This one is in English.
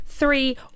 Three